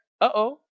uh-oh